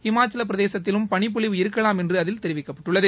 ஹிமாச்சலப்பிரதேசத்திலும் பளிப்பொழிவு இருக்கலாம் என்று அதில் தெரிவிக்கப்பட்டுள்ளது